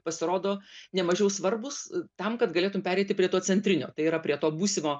pasirodo nemažiau svarbūs tam kad galėtum pereiti prie to centrinio tai yra prie to būsimo